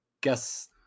guess